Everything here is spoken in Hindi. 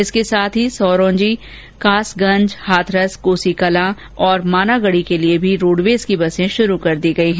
इसके साथ ही सोरोंजी कासगंज हाथरस कोसीकलां और मानागढ़ी के लिए भी रोडवेज की बसे शुरू कर दी गई हैं